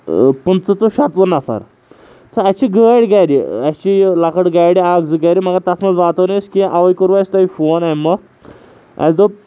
پٕنٛژٕ تہٕ شَتوُہ نَفَر تہٕ اَسہِ چھِ گٲڑۍ گَرِ اَسہِ چھِ یہِ لۄکٕٹۍ گاڑِ اَکھ زٕ گَرِ مگر تَتھ منٛز واتو نہٕ أسۍ کینٛہہ اَوَے کوٚروٗ اَسہِ تۄہہِ فون اَمہِ مۄکھ اَسہِ دوٚپ